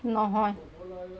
নহয়